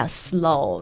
slow